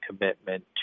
commitment